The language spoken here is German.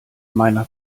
meiner